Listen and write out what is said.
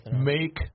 make